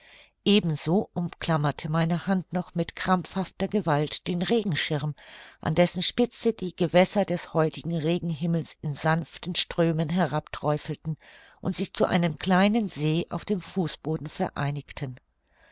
ebenso umklammerte meine hand noch mit krampfhafter gewalt den regenschirm an dessen spitze die gewässer des heutigen regenhimmels in sanften strömen herab träufelten und sich zu einem kleinen see auf dem fußboden vereinigten